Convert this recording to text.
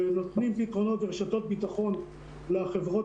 נותנים פתרונות ורשתות ביטחון לחברות